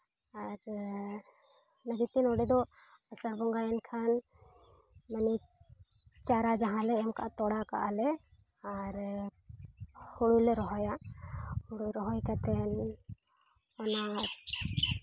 ᱚᱱᱟ ᱠᱷᱟᱹᱛᱤᱨ ᱱᱚᱰᱮ ᱫᱚ ᱟᱥᱟᱲ ᱵᱚᱸᱜᱟᱭᱮᱱ ᱠᱷᱟᱱ ᱪᱟᱨᱟ ᱡᱟᱦᱟᱸ ᱞᱮ ᱮᱢ ᱠᱟᱜ ᱛᱚᱲᱟ ᱠᱟᱜᱼᱟ ᱞᱮ ᱟᱨ ᱦᱳᱲᱳ ᱞᱮ ᱨᱚᱦᱚᱭᱟ ᱦᱳᱲᱳ ᱨᱚᱦᱚᱭ ᱠᱟᱛᱮ ᱚᱱᱟ